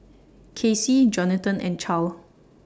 Casey Johnathan and Charle